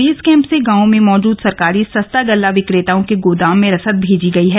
base camp से गांवों में मौजूद सरकारी सस्ता गल्ला विक्रेताओं के गोदाम में रसद भेजी गई है